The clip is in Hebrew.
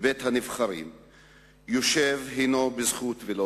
בבית הנבחרים/ יושב הנו בזכות ולא